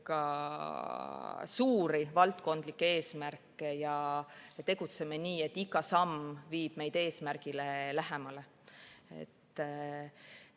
arvesse suuri valdkondlikke eesmärke ja tegutseme nii, et iga samm viib meid eesmärgile lähemale.